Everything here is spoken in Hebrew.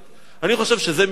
אני חושב שזה מכבר